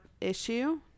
issue